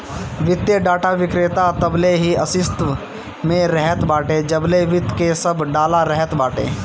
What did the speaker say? वित्तीय डाटा विक्रेता तबले ही अस्तित्व में रहत बाटे जबले वित्त के सब डाला रहत बाटे